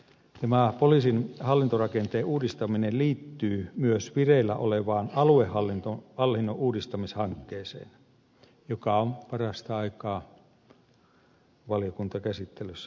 tämä poliisin hallintorakenteen uudistaminen liittyy myös vireillä olevaan aluehallinnon uudistamishankkeeseen joka on parasta aikaa valiokuntakäsittelyssä